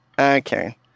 okay